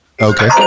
Okay